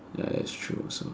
ya that's true also